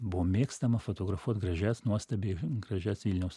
buvo mėgstama fotografuot gražias nuostabiai gražias vilniaus